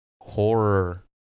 Horror